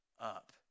up